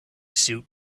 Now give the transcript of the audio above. suit